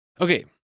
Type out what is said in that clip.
Okay